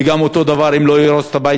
וגם אותו דבר: אם הוא לא יהרוס את הבית